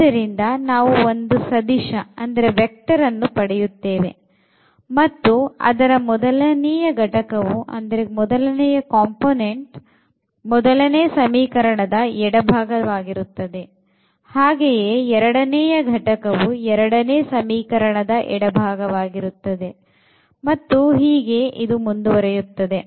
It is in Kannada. ಆದ್ದರಿಂದ ನಾವು ಒಂದು ಸದಿಶವನ್ನು ಪಡೆಯುತ್ತೇವೆ ಮತ್ತು ಅದರ ಮೊದಲನೆಯ ಘಟಕವು ಮೊದಲನೇ ಸಮೀಕರಣ ಎಡಭಾಗವಾಗಿರುತ್ತದೆ ಹಾಗೆಯೇ ಎರಡನೆಯ ಘಟಕವು ಎರಡನೇ ಸಮೀಕರಣದ ಎಡ ಭಾಗವಾಗಿರುತ್ತದೆ ಮತ್ತು ಇದು ಹೀಗೆ ಮುಂದುವರೆಯುತ್ತದೆ